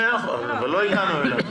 עוד לא הגענו אליו.